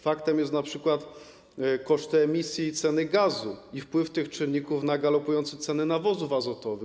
Faktem jest np. koszt emisji i ceny gazu i wpływ tych czynników na galopujące ceny nawozów azotowych.